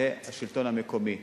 זה השלטון המקומי.